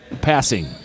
Passing